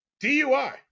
DUI